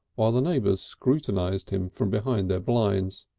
while the neighbours scrutinised him from behind their blinds.